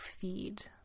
feed